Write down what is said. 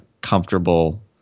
comfortable